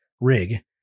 rig